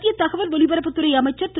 மத்திய தகவல் ஒலிபரப்புத்துறை அமைச்சர் திரு